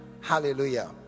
Hallelujah